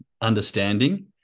understanding